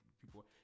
people